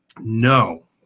No